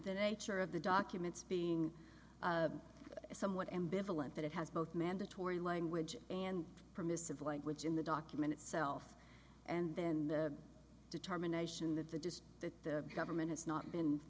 the nature of the documents being somewhat ambivalent that it has both mandatory language and permissive language in the document itself and then the determination that the just that the government has not been